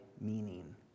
meaning